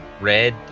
red